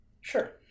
Sure